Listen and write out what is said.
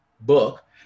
book